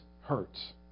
hurts